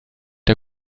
der